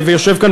ויושב כאן,